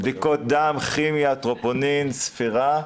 בדיקות דם, כימיה, טרופונין, ספירה.